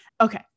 Okay